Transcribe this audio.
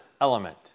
element